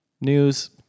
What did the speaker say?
news